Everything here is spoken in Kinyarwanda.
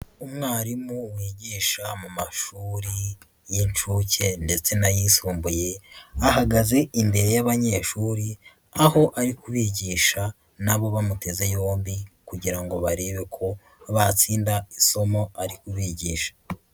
Umwarimu wigisha mu mashuri y'inshuke ndetse n'ayisumbuye, ahagaze imbere y'abanyeshuri, aho ari kubigisha n'abo bamuteze yombi kugira ngo barebe ko batsinda isomo ari kubigisha.